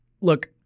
Look